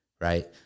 Right